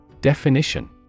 Definition